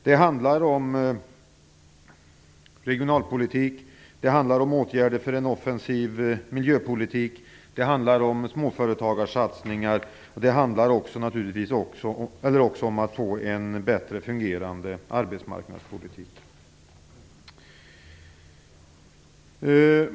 Det handlar om regionalpolitik, åtgärder för en offensiv miljöpolitik, småföretagarsatsningar och naturligtvis också om att få en bättre fungerande arbetsmarknadspolitik.